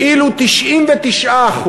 ואילו 99%,